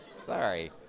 sorry